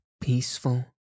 peaceful